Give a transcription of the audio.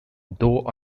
though